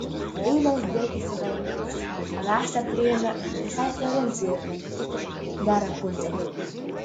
eilės driekiasi valandomis o mes teturėjome visai florencijai aplankyti gerą pusdienį